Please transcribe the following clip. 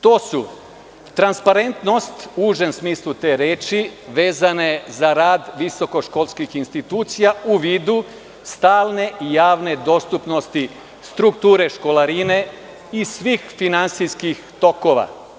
To su transparentnost, u užem smislu te reči, vezano za rad visokoškolskih institucija u vidu stalne i javne dostupnosti strukture školarine i svih finansijskih tokova.